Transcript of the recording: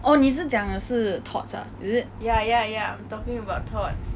orh 你是讲的是 todds